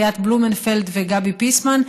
ליאנה בלומנפלד וגבי פיסמן,